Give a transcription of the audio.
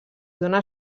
dóna